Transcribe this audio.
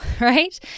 right